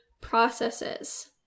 processes